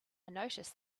noticed